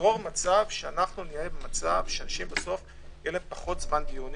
יגרום למצב שלאנשים יהיה פחות זמן דיונים